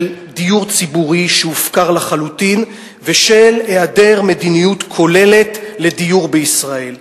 של דיור ציבורי שהופקר לחלוטין ושל היעדר מדיניות כוללת לדיור בישראל.